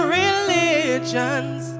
religions